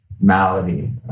malady